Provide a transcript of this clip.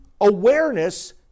awareness